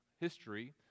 history